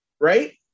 right